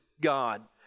God